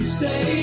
say